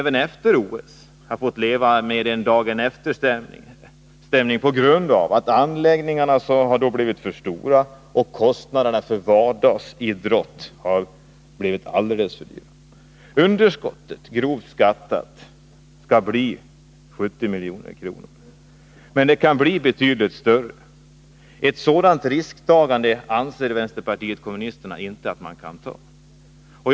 Efter OS har man fått leva med en dagen-efter-stämning på grund av att anläggningarna blivit för stora och kostnaderna för vardagsidrotten alldeles för höga. Underskottet skall, grovt skattat, bli 70 milj.kr. Men det kan bli betydligt större. Ett sådant risktagande anser vpk inte att man kan ge sig in på.